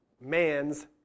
man's